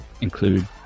include